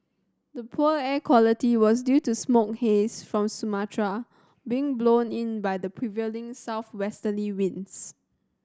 the poor air quality was due to smoke haze from Sumatra being blown in by the prevailing southwesterly winds